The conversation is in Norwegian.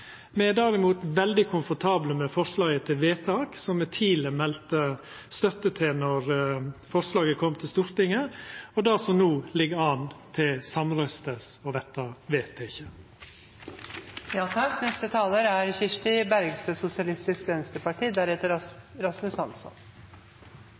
Me er derimot veldig komfortable med forslaget til vedtak, som me tidleg melde støtte til då forslaget kom til Stortinget, og som no ligg an til samrøystes å verta vedteke. Jeg er